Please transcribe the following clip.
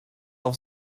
auf